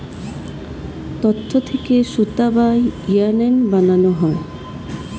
তন্তু থেকে সুতা বা ইয়ার্ন বানানো হয়